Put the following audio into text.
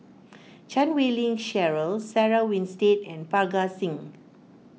Chan Wei Ling Cheryl Sarah Winstedt and Parga Singh